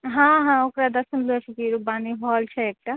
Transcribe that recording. हँ हँ ओकरा रूपबानी हॉल छै एक टा